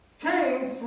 came